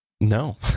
No